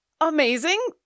amazing